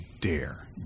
dare